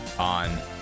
on